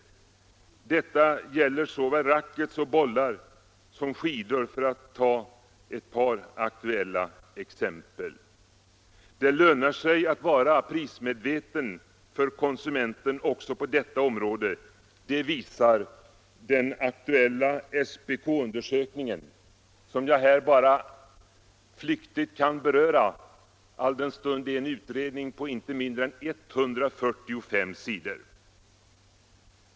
För att ta ett par aktuella exempel gäller det såväl racketar och bollar som skidor. Det lönar sig för konsumenten att vara prismedveten också på detta område. Det visar den aktuella SPK-undersökningen som jag här bara flyktigt kan beröra alldenstund det är en utredning på inte mindre än 145 sidor.